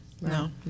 No